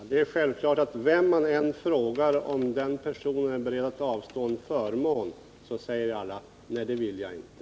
Herr talman! Det är självklart att vem man än frågar om han är beredd att avstå från en förmån blir svaret: Nej, det är jag inte.